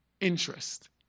interest